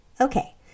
Okay